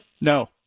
No